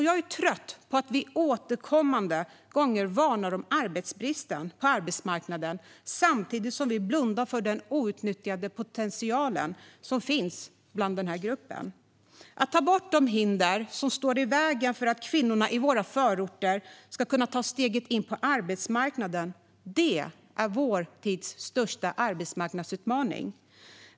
Jag är trött på att vi återkommande varnar för arbetsbristen på arbetsmarknaden samtidigt som vi blundar för den outnyttjade potential som finns i den här gruppen. Att ta bort de hinder som står i vägen för att kvinnorna i våra förorter ska kunna ta steget in på arbetsmarknaden är vår tids största arbetsmarknadsutmaning.